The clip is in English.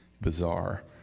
bizarre